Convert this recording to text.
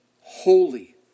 holy